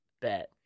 Bet